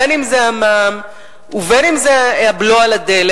בין אם זה המע"מ ובין אם זה הבלו על הדלק,